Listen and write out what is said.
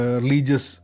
religious